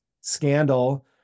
scandal